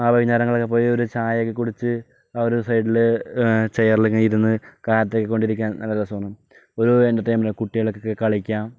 ആ വൈന്നേരങ്ങളിലക്കെ പോയി ഓരോ ചായയൊക്കെ കുടിച്ച് ആ ഒരു സൈഡില് ചെയറിലങ്ങനെ ഇരുന്ന് കാറ്റൊക്കെ കൊണ്ടിരിക്കാൻ നല്ല രസമാണ് ഒരു എൻ്റർടൈൻമെൻറ്റ് കുട്ടികൾക്കൊക്കെ കളിക്കാം